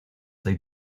they